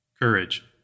Courage